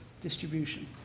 distribution